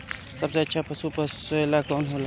सबसे अच्छा पशु पोसेला कौन होला?